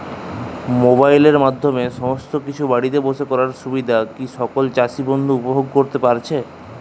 মোবাইলের মাধ্যমে সমস্ত কিছু বাড়িতে বসে করার সুবিধা কি সকল চাষী বন্ধু উপভোগ করতে পারছে?